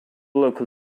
local